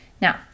Now